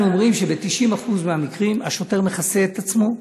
אנחנו אומרים שב-90% מהמקרים השוטר מכסה את עצמו,